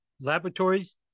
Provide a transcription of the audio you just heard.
laboratories